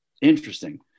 Interesting